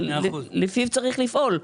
אם אנחנו כפופים לחוק, לפיו צריך לפעול.